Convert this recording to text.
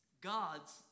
God's